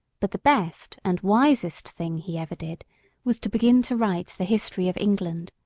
but the best and wisest thing he ever did was to begin to write the history of england.